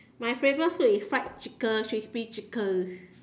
my favourite food is fried chicken crispy chicken